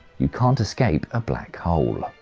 you can't escape a black hole.